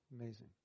Amazing